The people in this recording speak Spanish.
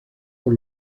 por